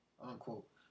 unquote